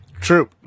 True